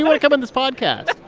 to come on this podcast?